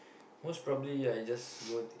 most probably I just go